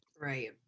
right